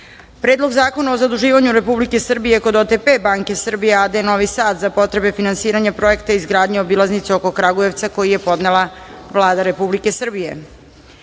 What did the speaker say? Predlog zakona o zaduživanju Republike Srbije kod OTP banke Srbija a.d. Novi Sad za potrebe finansiranja Projekta izgradnje obilaznice oko Kragujevca, koji je podnela Vlada Republike Srbije;9.